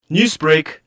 Newsbreak